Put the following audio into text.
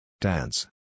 Dance